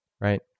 right